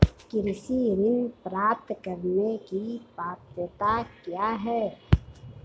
कृषि ऋण प्राप्त करने की पात्रता क्या है?